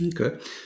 Okay